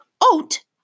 Oat